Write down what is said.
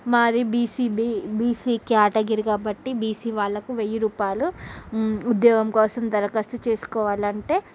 మాది BC B BC category కాబట్టి BC వాళ్ళకు వెయ్యి రూపాయలు ఉద్యోగం కోసం దరఖాస్తు చేసుకోవాలంటే